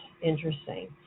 interesting